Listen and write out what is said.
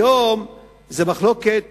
היום זאת מחלוקת